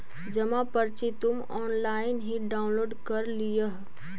जमा पर्ची तुम ऑनलाइन ही डाउनलोड कर लियह